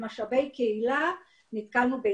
הנושא של משאבי קהילה זה